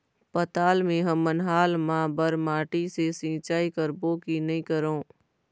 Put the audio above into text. पताल मे हमन हाल मा बर माटी से सिचाई करबो की नई करों?